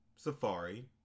Safari